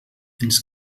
ens